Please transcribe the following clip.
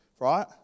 Right